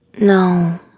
No